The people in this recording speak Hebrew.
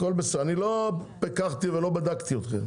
הכל בסדר, אני לא פיקחתי ואני לא בדקתי אתכם.